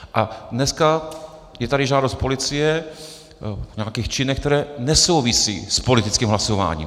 A dneska je tady žádost policie o nějakých činech, které nesouvisí s politickým hlasování.